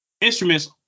instruments